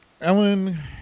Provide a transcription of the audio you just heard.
ellen